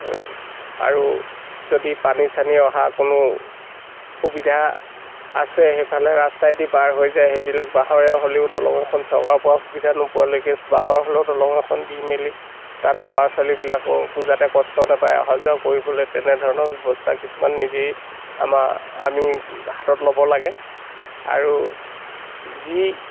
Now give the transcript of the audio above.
আৰু যদি পানী চানী অহা কোনো সুবিধা আছে সেইফালে ৰাস্তাইদি পাৰ হৈ যায় সেইবিলাক বাঁহৰে হ'লেও দলং এখন চৰকাৰৰ পৰা সুবিধা নোপোৱালৈকে বাঁহৰ হ'লেও দলং এখন দি মেলি তাত ল'ৰা ছোৱালীবিলাকৰ যাতে কষ্ট নাপায় অহা যোৱা কৰিবলৈ তেনেধৰণৰ ব্যৱস্থা কিছুমান নিজেই আমাৰ আমি হাতত ল'ব লাগে আৰু যি